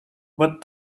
what